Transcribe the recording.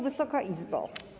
Wysoka Izbo!